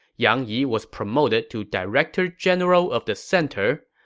yang yi was promoted to director general of the center.